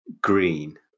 green